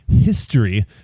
history